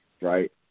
right